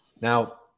Now